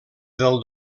del